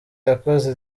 yakoze